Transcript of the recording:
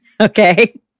Okay